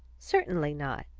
certainly not.